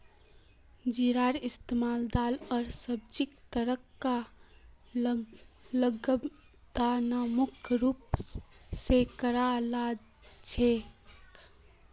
जीरार इस्तमाल दाल आर सब्जीक तड़का लगव्वार त न मुख्य रूप स कराल जा छेक